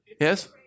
Yes